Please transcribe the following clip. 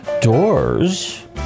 Doors